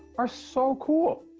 are so cool.